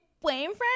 boyfriend